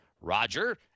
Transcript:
Roger